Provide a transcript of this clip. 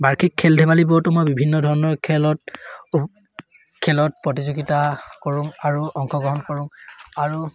বাৰ্ষিক খেল ধেমালিবোৰতো মই বিভিন্ন ধৰণৰ খেলত খেলত প্ৰতিযোগিতা কৰোঁ আৰু অংশগ্ৰহণ কৰোঁ আৰু